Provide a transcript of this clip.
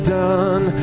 done